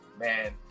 man